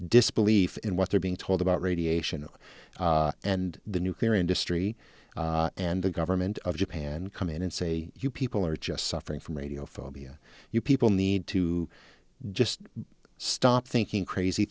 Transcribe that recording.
disbelief in what they're being told about radiation and the nuclear industry and the government of japan come in and say you people are just suffering from radio phobia you people need to just stop thinking crazy